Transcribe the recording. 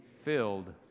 filled